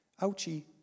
Ouchie